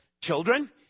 children